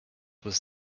was